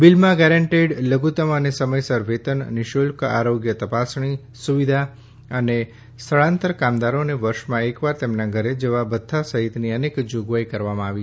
બિલમાં ગેરંટીડ લધુતમ અને સમયસર વેતન નિશુલ્ક આરોગ્ય તપાસણી સુવિધા અને સ્થળાંતર કામદારોને વર્ષમાં એકવાર તેમના ઘરે જવા ભથ્થા સહિતની અનેક જોગવાઈઓ કરવામાં આવી છે